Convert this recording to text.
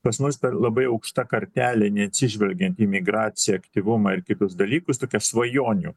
pas mus per labai aukšta kartelė neatsižvelgiant į migraciją aktyvumą ir kitus dalykus tokia svajonių